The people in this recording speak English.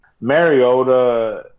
Mariota